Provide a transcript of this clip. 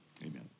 amen